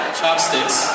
chopsticks